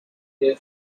their